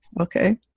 Okay